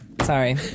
Sorry